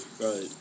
Right